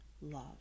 love